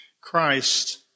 Christ